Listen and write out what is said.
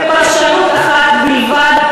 ופרשנות אחת בלבד,